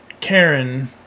Karen